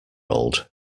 old